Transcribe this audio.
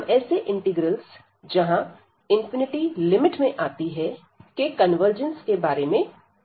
हम ऐसे इंटीग्रल्स जहां लिमिट में आती है के कन्वर्जंस के बारे में बात करेंगे